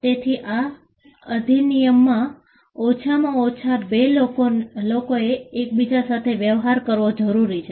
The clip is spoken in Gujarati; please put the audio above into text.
તેથી આ અધિનિયમમાં ઓછામાં ઓછા બે લોકોએ એકબીજા સાથે વ્યવહાર કરવો જરૂરી છે